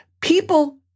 People